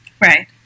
Right